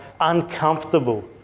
uncomfortable